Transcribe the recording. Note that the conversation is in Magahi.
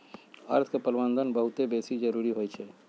अर्थ के प्रबंधन बहुते बेशी जरूरी होइ छइ